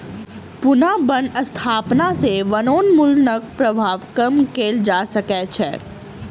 पुनः बन स्थापना सॅ वनोन्मूलनक प्रभाव कम कएल जा सकै छै